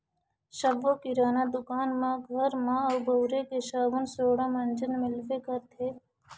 सब्बो किराना दुकान म घर म बउरे के साबून सोड़ा, मंजन मिलबे करथे